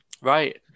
Right